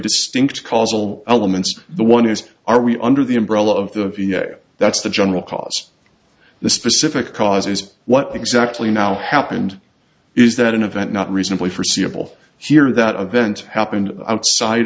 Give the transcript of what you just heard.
distinct causal elements the one is are we under the umbrella of the that's the general cause the specific causes what exactly now happened is that an event not reasonably forseeable here that event happened outside